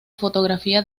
fotografía